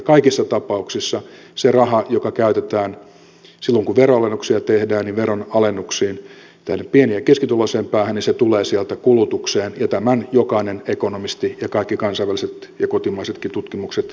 kaikissa tapauksissa se raha joka käytetään silloin kun veronalennuksia tehdään veronalennuksiin tänne pieni ja keskituloiseen päähän se tulee sieltä kulutukseen ja tämän jokainen ekonomisti ja kaikki kansainväliset ja kotimaisetkin tutkimukset kertovat